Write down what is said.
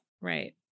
Right